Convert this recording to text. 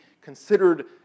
considered